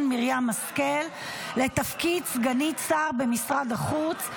מרים השכל לתפקיד סגנית שר במשרד החוץ,